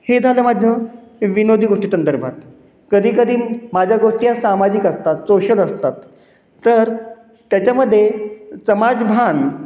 हे झालं माझं विनोदी गोष्टी संदर्भात कधीकधी माझ्या गोष्टी सामाजिक असतात सोशल असतात तर त्याच्यामध्ये समाजभान